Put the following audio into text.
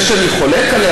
זה שאני חולק עליה,